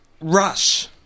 Rush